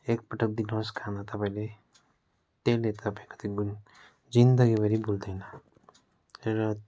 एकपटक दिनुहोस् खाना तपाईँले त्यसले तपाईँको त्यो गुण जिन्दगीभरि भुल्दैन र